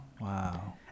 Wow